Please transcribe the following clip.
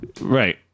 right